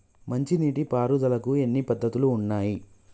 మంచి నీటి పారుదలకి ఎన్ని పద్దతులు ఉన్నాయి?